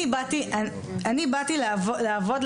אני באתי לעבוד,